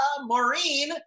Maureen